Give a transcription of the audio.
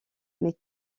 mais